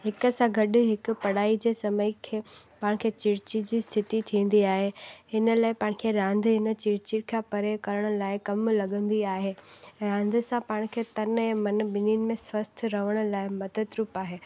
हिक सां गॾु हिकु पढ़ाई जे समय खे पाण खे चिड़चिड़ जी स्थिती थींदी आहे हिन लाइ पाण खे रांधि हिन चिड़चिड़ खां परे करण लाइ कमु लॻंदी आहे रांधि सां पाण खे तन ऐं मन ॿिन्हिनि में स्वस्थ रहण लाइ मदद रूप आहे